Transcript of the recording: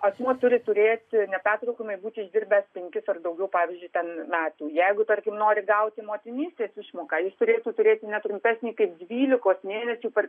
asmuo turi turėti nepertraukiamai būt išdirbęs penkis ar daugiau pavyzdžiui ten metų jeigu tarkim nori gauti motinystės išmoką jis turėtų turėti ne trumpesnį kaip dvylikos mėnesių per